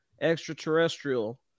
extraterrestrial